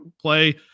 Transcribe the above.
play